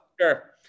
sure